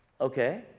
Okay